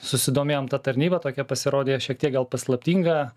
susidomėjom ta tarnyba tokia pasirodė jie šiek tiek gal paslaptinga